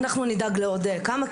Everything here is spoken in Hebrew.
נדאג לעוד כמה,